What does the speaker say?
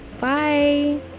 bye